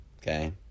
Okay